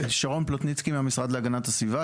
שרון פלוטינצקי, מהמשרד להגנת הסביבה.